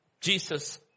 Jesus